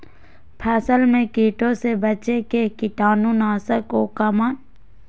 फसल में कीटों से बचे के कीटाणु नाशक ओं का नाम?